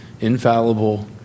infallible